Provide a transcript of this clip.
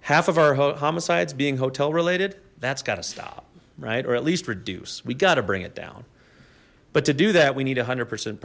half of our homicides being hotel related that's gotta stop right or at least reduce we gotta bring it down but to do that we need a hundred percent